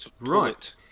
Right